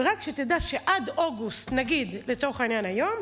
ורק שתדע שעד אוגוסט, נגיד, לצורך העניין, היום,